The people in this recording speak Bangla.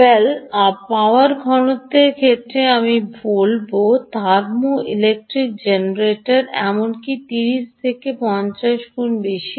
ওয়েল পাওয়ার ঘনত্বের ক্ষেত্রে আমি বলব থার্মোইলেক্ট্রিক জেনারেটর এমনকি 30 থেকে 50 গুণ বেশি